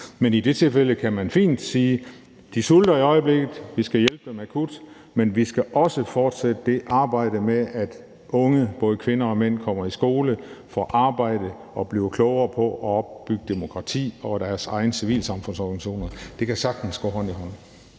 Men i det tilfælde kan man fint sige: De sulter i øjeblikket. Vi skal hjælpe dem akut. Men vi skal også fortsætte arbejdet med, at unge, både kvinder og mænd, kommer i skole, får arbejde og bliver klogere på at opbygge demokrati og deres egne civilsamfundsorganisationer. Det kan sagtens gå hånd i hånd.